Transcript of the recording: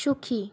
সুখী